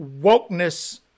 wokeness